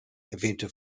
erwähnte